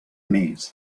més